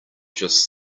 just